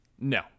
No